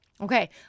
Okay